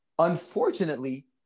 Unfortunately